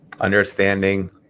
Understanding